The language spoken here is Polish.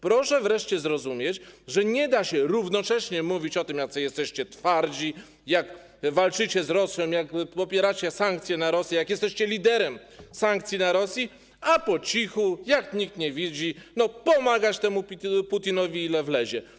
Proszę wreszcie zrozumieć, że nie da się równocześnie mówić o tym, jacy jesteście twardzi, jak walczycie z Rosją, jak popieracie sankcje na Rosję, jakim jesteście liderem sankcji na Rosję, a po cichu, jak nikt nie widzi, pomagacie temu Putinowi, ile wlezie.